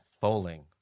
Bowling